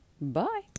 bye